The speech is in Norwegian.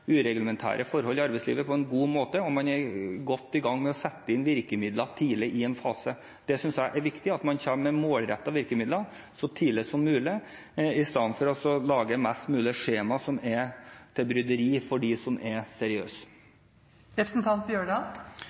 forhold i arbeidslivet på en god måte, og man er godt i gang med å sette inn virkemidler tidlig i en fase. Jeg synes det er viktig at man kommer med målrettede virkemidler så tidlig som mulig, istedenfor å lage flest mulige skjemaer, som er til bryderi for dem som er